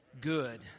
good